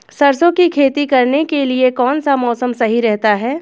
सरसों की खेती करने के लिए कौनसा मौसम सही रहता है?